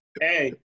hey